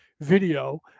video